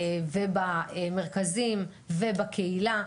במרכזים ובקהילה.